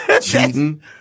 cheating